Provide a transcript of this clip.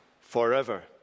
forever